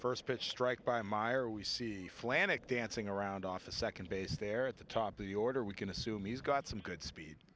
pitch strike by meyer we see flanagan dancing around off a second base there at the top of the order we can assume he's got some good speed